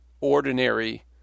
ordinary